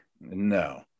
No